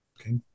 Okay